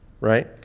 right